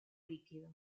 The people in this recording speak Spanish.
líquido